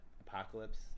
apocalypse